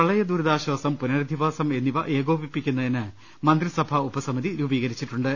പ്രളയദുരിതാ ശ്വാസം പുനരധിവാസം എന്നിവ ഏകോപിപ്പിക്കുന്നതിന് മന്ത്രി സഭാ ഉപസമിതി രൂപീകരിച്ചിട്ടുണ്ട്